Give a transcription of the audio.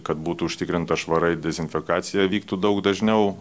kad būtų užtikrinta švara ir dezinfekacija vyktų daug dažniau